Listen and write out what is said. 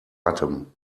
atem